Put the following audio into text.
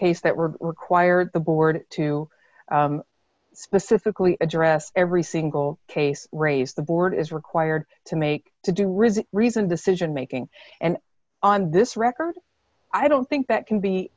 case that were required the board to specifically address every single case race the board is required to make to do rizieq reasoned decision making and on this record i don't think that can be